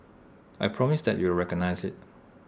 I promise that you will recognise IT